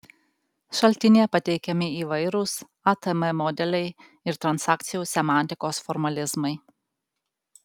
šaltinyje pateikiami įvairūs atm modeliai ir transakcijų semantikos formalizmai